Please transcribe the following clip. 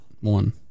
one